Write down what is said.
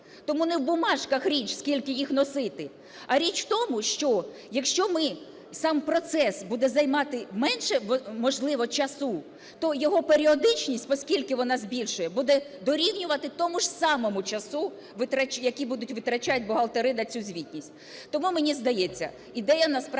Тому не в бумажках річ, скільки їх носити. А річ в тому, що якщо сам процес буде займати менше можливо часу, то його періодичність, оскільки вона збільшує, буде дорівнювати тому ж самому часу, який будуть витрачати бухгалтери на цю звітність. Тому мені здається, ідея насправді